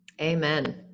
Amen